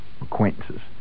acquaintances